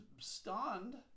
stunned